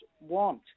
want